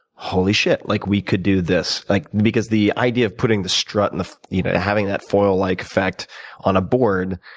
holy shit, like we could do this? like because the idea of putting the strut, and you know having that foil-like effect on a board,